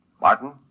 Martin